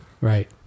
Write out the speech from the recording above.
Right